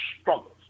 struggles